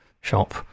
shop